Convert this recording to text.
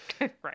Right